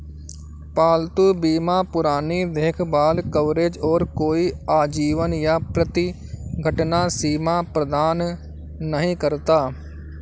पालतू बीमा पुरानी देखभाल कवरेज और कोई आजीवन या प्रति घटना सीमा प्रदान नहीं करता